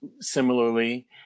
similarly